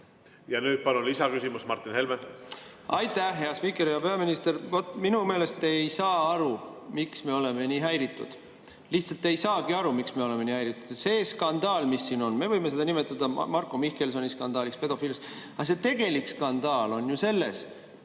Ja nüüd palun lisaküsimus, Martin Helme! Aitäh, hea spiiker! Hea peaminister! Minu meelest te ei saa aru, miks me oleme nii häiritud. Lihtsalt te ei saagi aru, miks me oleme nii häiritud! See skandaal, mis siin on, me võime seda nimetada Marko Mihkelsoni skandaaliks, pedofiiliaks. Aga see tegelik skandaal on ju selles,